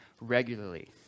regularly